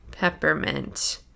peppermint